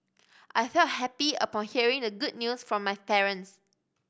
I felt happy upon hearing the good news from my parents